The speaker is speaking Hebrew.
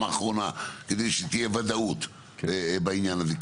האחרונה כדי שתהיה ודאות בעניין הזה.